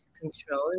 control